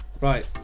Right